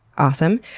awesome.